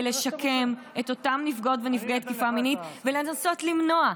ולשקם את אותם נפגעות ונפגעי תקיפה מינית ולנסות למנוע.